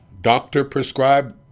doctor-prescribed